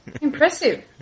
Impressive